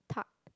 Tarte